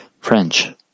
French